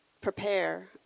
prepare